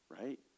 right